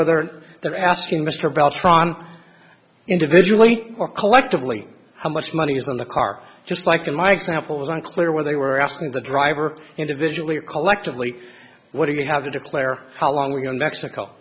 whether they're asking mr bell tron individually or collectively how much money is on the car just like in my example was unclear where they were asking the driver individually or collectively what do you have to declare how long we go to mexico